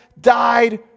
died